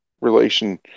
relation